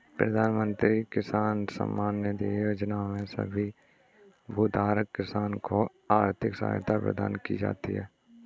प्रधानमंत्री किसान सम्मान निधि योजना में सभी भूधारक किसान को आर्थिक सहायता प्रदान की जाती है